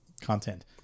content